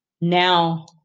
now